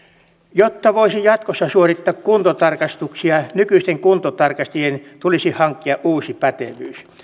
jotta voisi jatkossa suorittaa kuntotarkastuksia nykyisten kuntotarkastajien tulisi hankkia uusi pätevyys